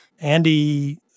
Andy